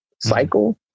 cycle